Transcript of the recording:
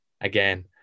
again